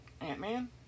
ant-man